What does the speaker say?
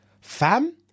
Fam